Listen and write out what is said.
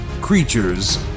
creatures